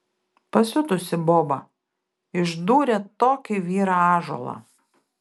pasiutusi boba išdūrė tokį vyrą ąžuolą